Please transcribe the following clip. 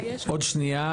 עוד שנייה,